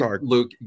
Luke